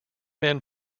men